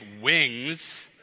Wings